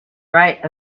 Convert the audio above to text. right